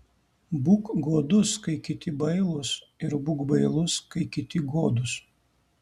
būk godus kai kiti bailūs ir būk bailus kai kiti godūs